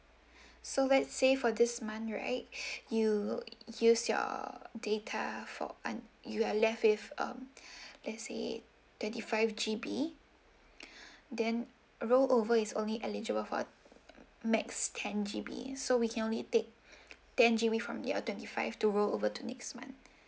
so let's say for this month right you use your data for un~ you are left with um let's say twenty five G_B then rollover is only eligible for max ten G_B so we can only take ten G_B from your twenty five to rollover to next month